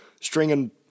stringing